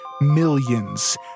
millions